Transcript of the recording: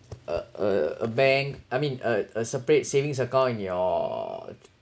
a a a bank I mean a a separate savings account in your